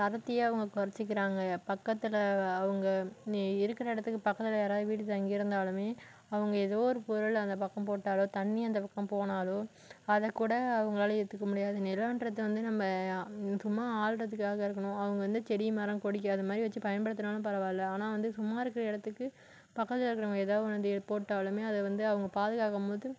தரத்தையே அவங்க குறைச்சிக்கிறாங்க பக்கத்தில் அவங்க இருக்கிற இடத்துக்கு பக்கத்தில் யாராவது வீடு தங்கி இருந்தாலுமே அவங்க ஏதோ ஒரு பொருளை அந்த பக்கம் போட்டாலோ தண்ணி அந்த பக்கம் போனாலோ அதை கூட அவங்களால ஏற்றுக்க முடியாது நிலகிறது வந்து நம்ம சும்மா ஆள்கிறத்துக்காக இருக்கணும் அவங்க வந்து செடி மரம் கொடிக்கு அது மாதிரி வச்சு பயன் படுத்தினாலும் பரவாயில்ல ஆனால் வந்து சும்மா இருக்க இடத்துக்கு பக்கத்தில் இருக்கறவங்க ஏதாவது ஒன்னுதை போட்டாலுமே அதை வந்து அவங்க பாதுகாக்கும் போது